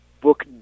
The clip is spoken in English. book